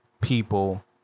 people